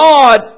God